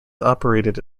operated